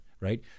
right